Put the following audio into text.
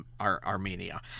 Armenia